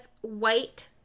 White